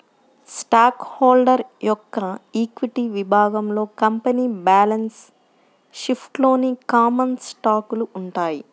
stock holder యొక్క equity విభాగంలో company balance షీట్లోని కామన్ స్టాకులు ఉంటాయి